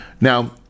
Now